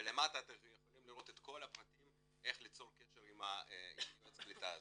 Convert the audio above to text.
ולמטה אתם יכולים לראות את כל הפרטים איך ליצור קשר עם יועץ הקליטה.